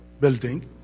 building